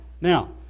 Now